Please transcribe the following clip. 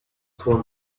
torn